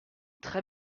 très